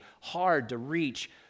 hard-to-reach